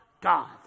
God